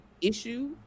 issue